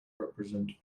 represent